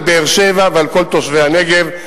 על באר-שבע ועל כל תושבי הנגב.